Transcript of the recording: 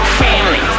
family